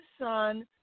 son